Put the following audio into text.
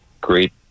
great